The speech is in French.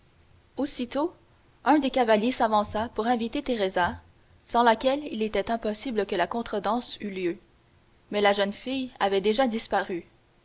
aussitôt un des cavaliers s'avança pour inviter teresa sans laquelle il était impossible que la contredanse eût lieu mais la jeune fille avait déjà disparu